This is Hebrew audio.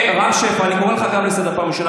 רם שפע, אני קורא גם אותך לסדר פעם ראשונה.